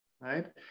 right